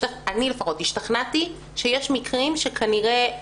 אני לפחות השתכנעתי שיש מיקרים שכנראה,